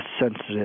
sensitive